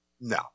No